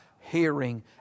hearing